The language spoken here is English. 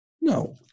No